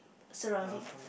surrounding